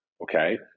okay